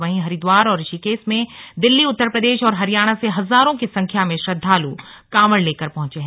वहीं हरिद्वार और ऋषिकेश में दिल्ली उत्तर प्रदेश और हरियाणा से हजारों की संख्या में श्रद्वालु कांवड़ लेकर पहुंच रहे है